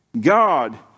God